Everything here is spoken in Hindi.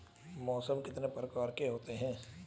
मौसम कितने प्रकार के होते हैं?